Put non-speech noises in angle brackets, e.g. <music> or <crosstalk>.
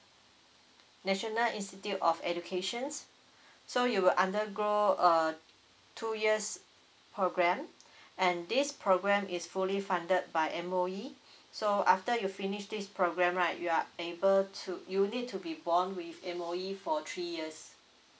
national institute of educations so you will undergo a two years program <breath> and this program is fully funded by M_O_E so after you finish this program right you are able to you need to be borne with M_O_E for three years